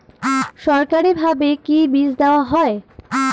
সরকারিভাবে কি বীজ দেওয়া হয়?